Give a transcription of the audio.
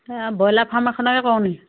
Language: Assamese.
সেইয়া ব্ৰইলাৰ ফাৰ্ম এখনকে কোৰোঁ নি